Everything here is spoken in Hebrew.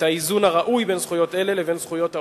את האיזון הראוי בין זכויות אלה לבין זכויות העוסקים,